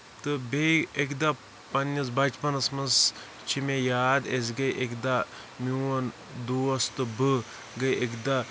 تہٕ بیٚیہِ اَکہِ دۄہ پَنٕنِس پَچپَنس منٛز چھِ مےٚ یاد أسۍ گٔے اَکہِ دۄہ میوٚن دوس تہٕ بہٕ گٔے اَکہِ دۄہ